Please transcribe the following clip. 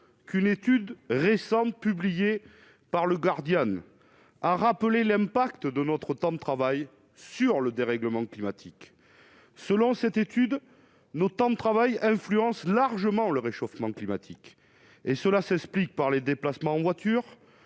qu'une étude récente, publiée par le Guardian a rappelé l'impact de notre temps de travail sur le dérèglement climatique, selon cette étude, nos temps de travail influence largement le réchauffement climatique, et cela s'explique par les déplacements en voiture,